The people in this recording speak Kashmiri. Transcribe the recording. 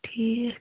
ٹھیٖک